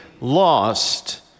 lost